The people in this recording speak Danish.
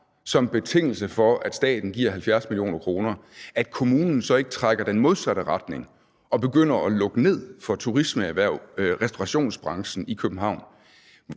som betingelse for, at staten giver 70 mio. kr., at kommunen så ikke trækker i den modsatte retning og begynder at lukke ned for turismeerhvervet og restaurationsbranchen i København?